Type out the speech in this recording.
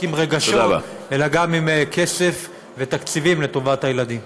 עם רגשות אלא גם עם כסף ותקציבים לטובת הילדים.